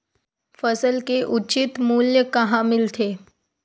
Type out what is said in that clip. फसल के उचित मूल्य कहां मिलथे?